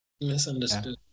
Misunderstood